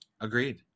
Agreed